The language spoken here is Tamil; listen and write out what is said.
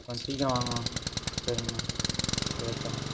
கொஞ்சம் சீக்கிரம் வாங்கண்ணா சரிங்கண்ணா சரி வச்சுட்றேன்